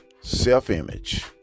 self-image